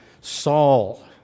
Saul